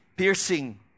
Piercing